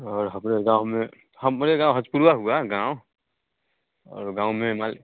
और हमारे गाँव में हमारे गाँव हचकुलवा हुआ गाँव और गाँव में हमारे